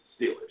Steelers